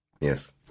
Yes